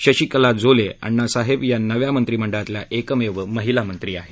शशिकला जोले अण्णासाहेब या नव्या मंत्रिमंडळातल्या एकमेव महिला मंत्री आहेत